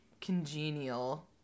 congenial